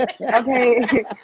Okay